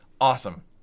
awesome